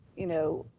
you know,